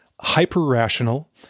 hyper-rational